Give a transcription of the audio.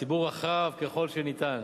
ציבור רחב ככל שניתן.